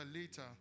later